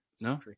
No